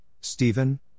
Stephen